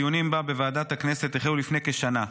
הדיונים בה בוועדת הכנסת החלו לפני כשנה,